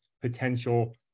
potential